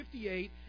58